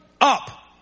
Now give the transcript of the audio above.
up